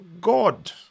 God